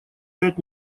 пять